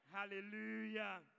Hallelujah